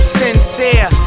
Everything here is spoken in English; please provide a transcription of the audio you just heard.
sincere